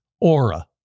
Aura